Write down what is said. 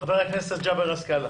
חבר הכנסת ג'אבר עסאקלה.